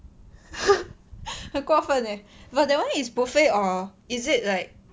很过分 leh but that one is buffet or is it like